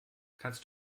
kannst